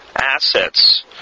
assets